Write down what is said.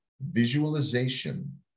visualization